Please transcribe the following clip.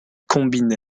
combine